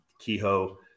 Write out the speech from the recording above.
Kehoe